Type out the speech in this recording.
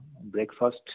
breakfast